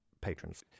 patrons